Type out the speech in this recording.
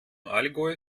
allgäu